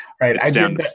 Right